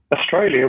Australia